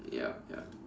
yup yup